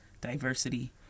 diversity